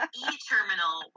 e-terminal